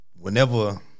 whenever